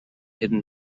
hidden